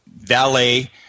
valet